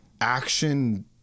action